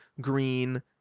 green